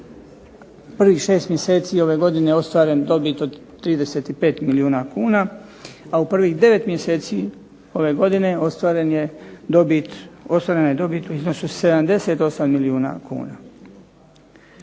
u prvih 6 mjeseci ove godine ostvaren dobit od 35 milijuna kuna, a u prvih 9 mjeseci ove godine ostvarena je dobit u iznosu 78 milijuna kuna.